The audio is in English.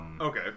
Okay